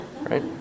right